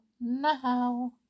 now